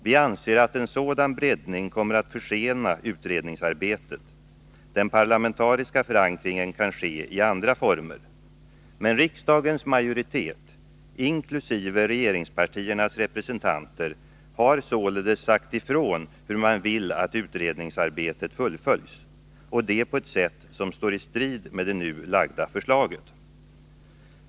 Vi anser att en sådan breddning kommer att försena utredningsarbetet. Den parlamentariska förankringen kan ske i andra former. Men riksdagens majoritet, inkl. regeringspartiernas representanter, har således sagt ifrån hur man vill att utredningsarbetet fullföljs, och det på ett sätt som står i strid med det nu framlagda förslaget.